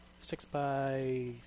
six-by